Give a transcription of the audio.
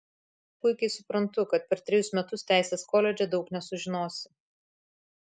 puikiai suprantu kad per trejus metus teisės koledže daug nesužinosi